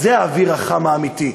אז זה האוויר החם האמיתי.